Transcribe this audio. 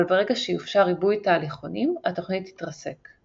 אבל ברגע שיאופשר ריבוי תהליכונים התוכנית תתרסק.